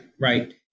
right